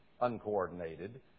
uncoordinated